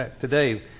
today